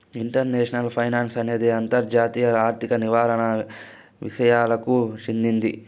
international finance అనేది అంతర్జాతీయ ఆర్థిక నిర్వహణ విసయాలకు చెందింది